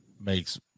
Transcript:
makes